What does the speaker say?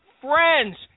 friends